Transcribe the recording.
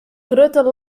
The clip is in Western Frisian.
grutte